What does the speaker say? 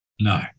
No